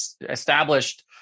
established